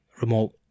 remote